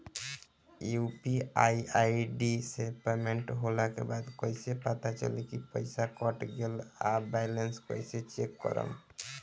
UPI ID से payment होला के बाद कइसे पता चली की पईसा कट गएल आ बैलेंस कइसे चेक करम?